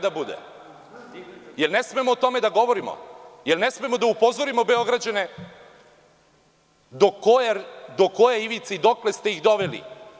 Da li ne smemo o tome da govorimo, da li ne smemo da upozorimo Beograđane do koje ivice i dokle ste ih doveli?